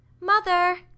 mother